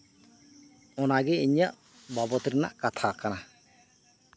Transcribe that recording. ᱚᱱᱟᱜᱮ ᱤᱧᱟᱹᱜ ᱵᱟᱵᱚᱫ ᱨᱮᱱᱟᱜ ᱠᱟᱛᱷᱟ ᱠᱟᱱᱟ